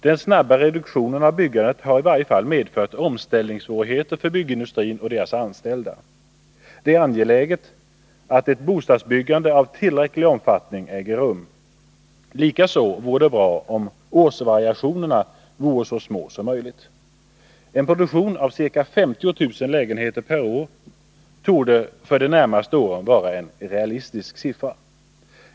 Den snabba reduktionen av byggandet har i varje fall medfört omställningssvårigheter för byggindustrin och dess anställda. Det är angeläget att ett bostadsbyggande av tillräcklig omfattning äger rum. Likaså vore det bra om årsvariationerna vore så små som möjligt. En produktion av ca 50 000 lägenheter per år torde för de närmaste åren vara en realistisk siffra.